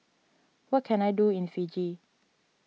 what can I do in Fiji